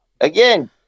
Again